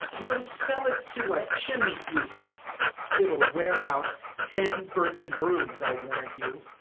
we'll sell it to a chimney-sweeper it will wear out ten birchen brooms, i warrant you.